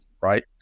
right